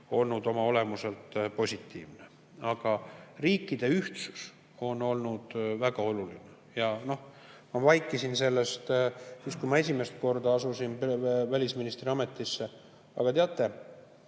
olnud oma olemuselt positiivne. Riikide ühtsus on olnud väga oluline. Ja noh, ma vaikisin sellest, kui ma esimest korda asusin välisministri ametisse. Aga teate,